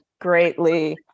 greatly